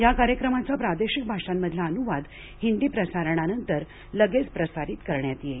या कार्यक्रमाचा प्रादेशिक भाषांमधला अनुवाद हिंदी प्रसारणानंतर लगेच प्रसारित करण्यात येईल